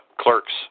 clerks